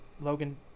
Logan